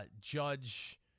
Judge